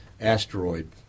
asteroid